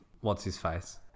what's-his-face